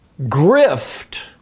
grift